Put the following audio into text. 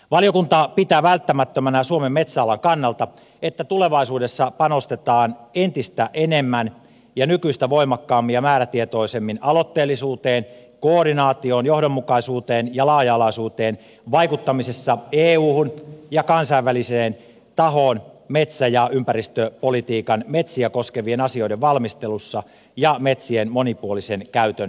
valiokunta pitää välttämättömänä suomen metsäalan kannalta että tulevaisuudessa panostetaan entistä enemmän ja nykyistä voimakkaammin ja määrätietoisemmin aloitteellisuuteen koordinaatioon johdonmukaisuuteen ja laaja alaisuuteen vaikuttamisessa euhun ja kansainväliseen tahoon metsä ja ympäristöpolitiikan metsiä koskevien asioiden valmistelussa ja metsien monipuolisen käytön turvaamisessa